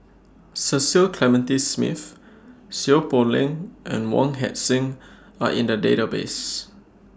Cecil Clementi Smith Seow Poh Leng and Wong Heck Sing Are in The Database